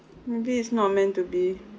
maybe it's not meant to be